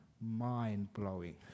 mind-blowing